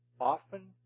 often